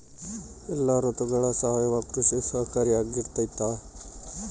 ಎಲ್ಲ ಋತುಗಳಗ ಸಾವಯವ ಕೃಷಿ ಸಹಕಾರಿಯಾಗಿರ್ತೈತಾ?